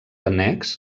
annex